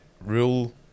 rule